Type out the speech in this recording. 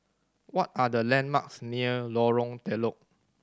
what are the landmarks near Lorong Telok